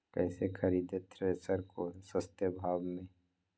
कैसे खरीदे थ्रेसर को सस्ते भाव में?